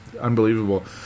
Unbelievable